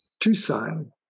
Tucson